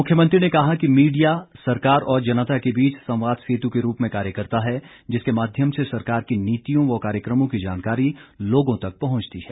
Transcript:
मुख्यमंत्री ने कहा कि मीडिया सरकार और जनता के बीच संवाद सेतु के रूप में कार्य करता है जिसके माध्यम से सरकार की नीतियों व कार्यक्रमों की जानकारी लोगों तक पहुंचती है